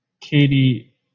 Katie